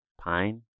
Pine